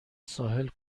ساحل